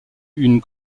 une